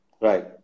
Right